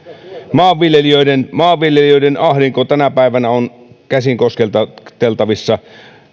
maanviljelijöiden maanviljelijöiden ahdinko tänä päivänä on käsin kosketeltavissa kosketeltavissa